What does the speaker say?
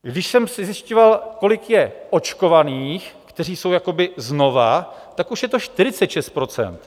Když jsem si zjišťoval, kolik je očkovaných, kteří jsou jakoby znovu, tak už je to 46 %.